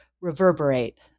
reverberate